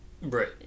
Right